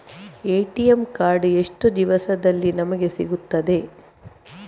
ATM card ಎಷ್ಟು ದಿವಸದಲ್ಲಿ ನಮಗೆ ಸಿಗುತ್ತದೆ?